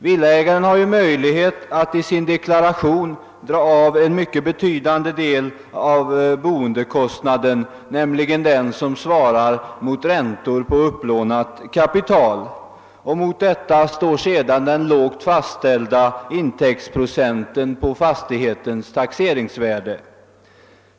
Villaägarna har ju möjlighet att i sina deklarationer dra av en mycket betydande del av boendekostnaden, nämligen den som svarar mot räntor på upplånat kapital. Mot detta står den lågt fastställda intäktsprocenten på fastighetens taxeringsvärde.